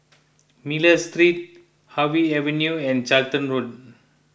Miller Street Harvey Avenue and Charlton Road